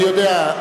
אני יודע,